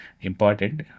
important